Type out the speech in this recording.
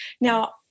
Now